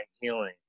healing